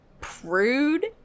prude